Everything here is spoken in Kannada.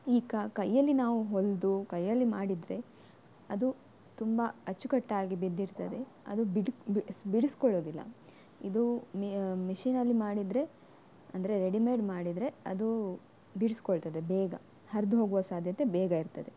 ಈಗ ಕೈಯಲ್ಲಿ ನಾವು ಹೊಲಿದು ಕೈಯಲ್ಲಿ ಮಾಡಿದರೆ ಅದು ತುಂಬ ಅಚ್ಚುಕಟ್ಟಾಗಿ ಬಿದ್ದಿರ್ತದೆ ಅದು ಬಿಡ್ ಬಿಡಿಸಿಕೊಳ್ಳೋದಿಲ್ಲ ಇದು ಮಿ ಮಿಷಿನಲ್ಲಿ ಮಾಡಿದರೆ ಅಂದರೆ ರೆಡಿಮೇಡ್ ಮಾಡಿದರೆ ಅದು ಬಿಡಿಸ್ಕೊಳ್ತದೆ ಬೇಗ ಹರಿದು ಹೋಗುವ ಸಾಧ್ಯತೆ ಬೇಗ ಇರ್ತದೆ